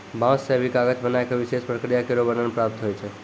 बांस सें भी कागज बनाय क विशेष प्रक्रिया केरो वर्णन प्राप्त होय छै